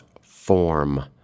form